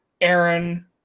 Aaron